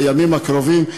בימים הקרובים,